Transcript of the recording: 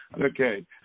Okay